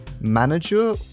manager